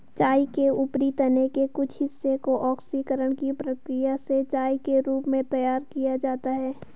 चाय के ऊपरी तने के कुछ हिस्से को ऑक्सीकरण की प्रक्रिया से चाय के रूप में तैयार किया जाता है